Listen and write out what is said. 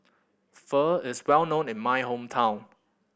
pho is well known in my hometown